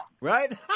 Right